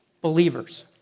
believers